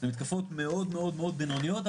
המתקפות מאוד מאוד מאוד בינוניות,